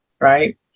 right